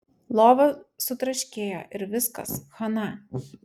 lova sutraškėjo ir viskas chana